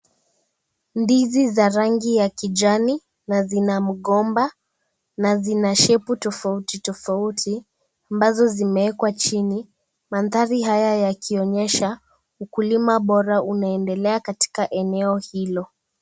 Ndizi za rangi ya kijani na zina mgomba na zina shepu tofauti tofauti ambazo zimeekwa chini. Mandhari haya yakionyesha ukulima bora unaoendelea katika eneo hilo.